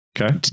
okay